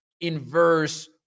inverse